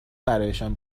برایشان